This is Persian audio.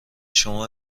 شما